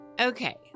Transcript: Okay